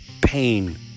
pain